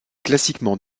classiquement